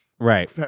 Right